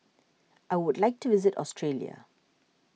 I would like to visit Australia